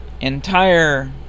entire